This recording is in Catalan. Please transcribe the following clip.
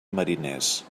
mariners